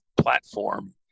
platform